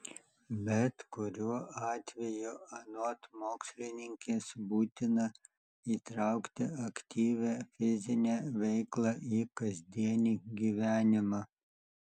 bet kuriuo atveju anot mokslininkės būtina įtraukti aktyvią fizinę veiklą į kasdienį gyvenimą